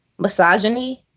misogyny.